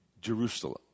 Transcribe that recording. Jerusalem